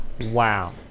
Wow